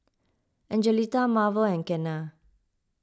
Angelita Marvel and Kenna